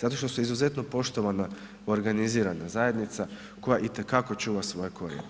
Zato što su izuzetno poštovana organizirana zajednica koja itekako čuva svoje korijene